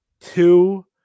Two